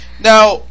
Now